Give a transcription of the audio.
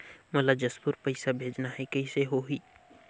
मोला जशपुर पइसा भेजना हैं, कइसे होही?